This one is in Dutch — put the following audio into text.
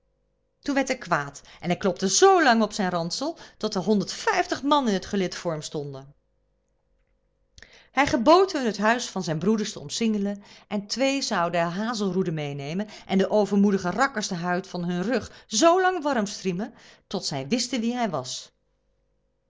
toen werd hij kwaad en hij klopte z lang op zijn ransel tot er honderdvijftig man in t gelid voor hem stonden hij gebood hun het huis van zijn broeders te omsingelen en twee zouden er hazelroeden meênemen en de overmoedige rakkers de huid van hun rug zoolang warm striemen tot zij wisten wie hij was